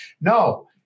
no